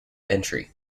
entry